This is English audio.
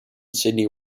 sidney